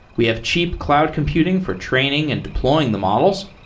we have cheap cloud computing for training and deploying the models.